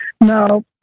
Now